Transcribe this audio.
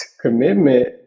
Commitment